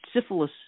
syphilis